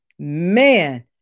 Man